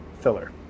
filler